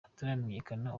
hataramenyekana